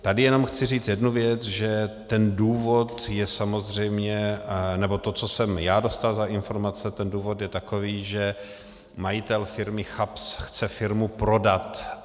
Tady jenom chci říct jednu věc, že ten důvod, nebo to, co jsem já dostal za informace, důvod je takový, že majitel firmy CHAPS chce firmu prodat.